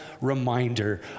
reminder